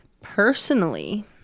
Personally